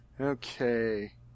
okay